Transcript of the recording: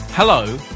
Hello